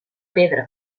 pedra